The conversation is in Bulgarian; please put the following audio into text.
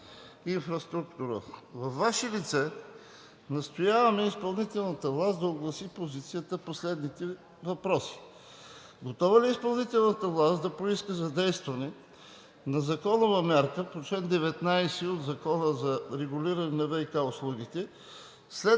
ВиК инфраструктурата. Във Ваше лице настояваме изпълнителната власт да огласи позицията си по следните въпроси: готова ли е изпълнителната власт да поиска задействане на законова мярка по чл. 19 от Закона за регулиране на ВиК услугите, след